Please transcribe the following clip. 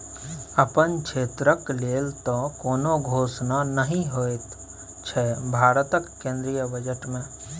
अपन क्षेत्रक लेल तँ कोनो घोषणे नहि होएत छै भारतक केंद्रीय बजट मे